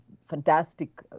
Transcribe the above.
fantastic